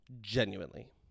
Genuinely